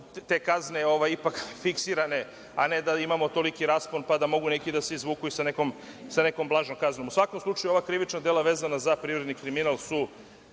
te kazne ipak fiksirane, a ne da imamo toliki raspon, pa da mogu neki da se izvuku i sa nekom blažom kaznom.U svakom slučaju, ova krivična dela vezana za privredni kriminal su